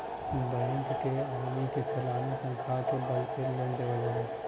bank के आदमी के सालाना तनखा के बल पे लोन देवल जाला